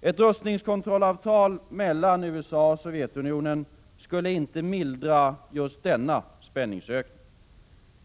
Ett rustningskontrollavtal mellan USA och Sovjetunionen skulle inte mildra just denna spänningsökning.